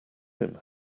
him